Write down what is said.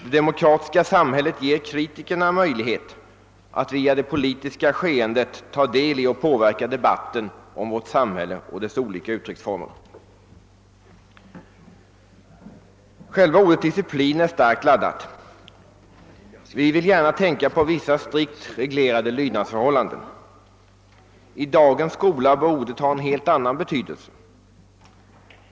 Det demokratiska samhället ger kritikerna möjlighet att via det politiska skeendet ta del i och påverka debatten om vårt samhälle och dess olika uttrycksformer. Själva ordet disciplin är starkt laddat. Vi vill gärna tänka på vissa strikt reglerade lydnadsförhållanden. I dagens skola bör ordet ha en helt annan betydelse.